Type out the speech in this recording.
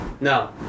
No